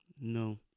no